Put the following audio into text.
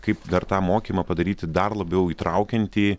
kaip dar tą mokymą padaryti dar labiau įtraukiantį